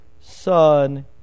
Son